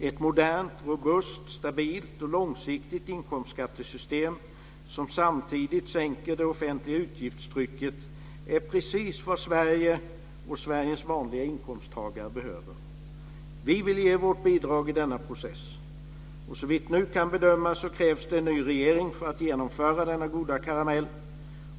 Ett modernt, robust, stabilt och långsiktigt inkomstskattesystem som samtidigt sänker det offentliga utgiftstrycket är precis vad Sverige och Sveriges vanliga inkomsttagare behöver. Vi vill ge vårt bidrag i denna process. Så vitt nu kan bedömas krävs det en ny regering för att genomföra denna goda karamell.